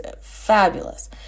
fabulous